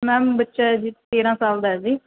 ma'am ਬੱਚਾ ਜੀ ਤੇਰਾਂ ਸਾਲ ਦਾ ਹੈ ਜੀ